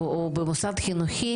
או במוסד חינוכי